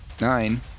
Nine